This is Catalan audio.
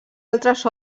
altres